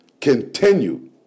Continue